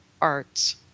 Arts